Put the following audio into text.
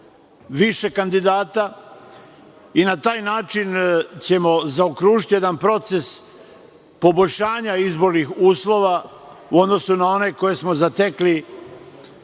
više kandidata i na taj način ćemo zaokružiti jedan proces poboljšanja izbornih uslova u odnosu na one koje smo zatekli